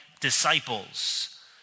disciples